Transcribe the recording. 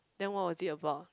then what was it about